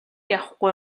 явахгүй